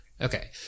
Okay